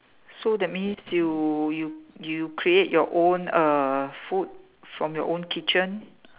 so that means you you you create your own uh food from your own kitchen